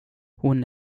hon